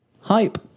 Hype